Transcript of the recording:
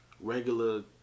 regular